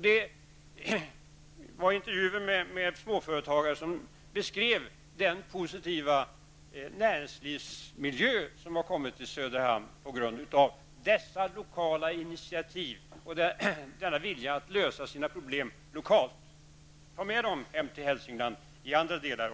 Det var intervjuer med småföretagare som beskrev den positiva näringslivsmiljö som har kommit till Söderhamn på grund av dessa lokala initiativ och denna vilja att lösa problemen lokalt. Ta med detta hem till Hälsingland och även till andra